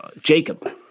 Jacob